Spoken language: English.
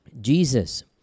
Jesus